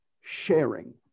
sharing